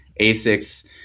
Asics